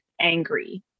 angry